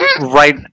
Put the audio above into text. right